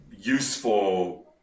useful